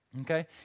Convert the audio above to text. Okay